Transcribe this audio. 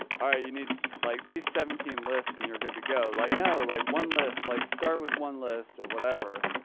ah you need like these seventeen lists and you're good to go. like no, like one list, like start with one list or whatever.